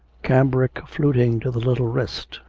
cambric fluting to the little wrist,